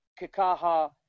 Kakaha